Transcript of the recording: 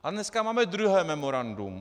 A dneska máme druhé memorandum.